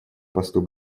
посту